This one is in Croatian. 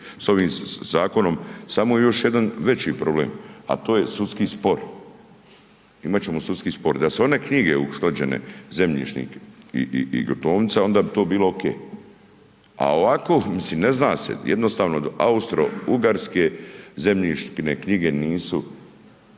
sa ovim zakonom samo još jedan veći problem, a to je sudski spor, imat ćemo sudski spor. Da su one knjige usklađene, zemljišnik i gruntovnica, onda bi to bilo okej, a ovako, mislim ne zna se, jednostavno Austro-Ugarske zemljišne knjige nisu